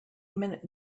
minute